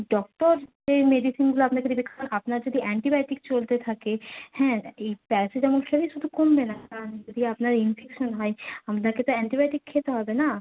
doctor যেই মেডিসিনগুলো আপনাকে দেবে কারণ আপনার যদি অ্যান্টিবায়োটিক চলতে থাকে হ্যাঁ এই প্যারাসিটামল খেলেই শুধু কমবে না কারণ যদি আপনার ইনফেকশন হয় আপনাকে তো অ্যান্টিবায়োটিক খেতে হবে না